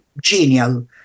genial